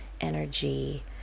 energy